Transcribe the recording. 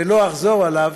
ולא אחזור עליו,